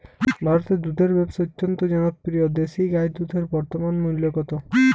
ভারতে দুধের ব্যাবসা অত্যন্ত জনপ্রিয় দেশি গাই দুধের বর্তমান মূল্য কত?